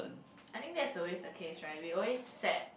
I think that's always a case right we always set